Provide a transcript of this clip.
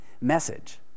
message